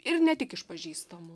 ir ne tik iš pažįstamų